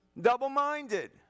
Double-minded